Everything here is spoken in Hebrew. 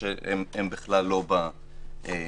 שהם בכלל לא בתמונה.